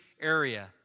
area